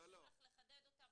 אנחנו נשמח לחדד אותה.